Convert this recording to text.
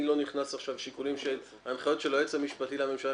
אני לא נכנס עכשיו לשיקולים של ההנחיות של היועץ המשפטי לממשלה,